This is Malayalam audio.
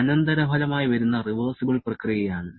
അനന്തരഫലമായി വരുന്ന റിവേർസിബിൾ പ്രക്രിയ ആണ്